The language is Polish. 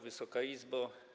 Wysoka Izbo!